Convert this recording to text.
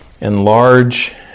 enlarge